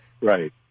right